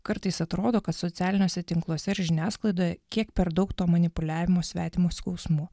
kartais atrodo kad socialiniuose tinkluose ar žiniasklaidoje kiek per daug to manipuliavimo svetimu skausmu